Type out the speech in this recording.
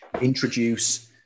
introduce